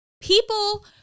People